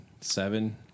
Seven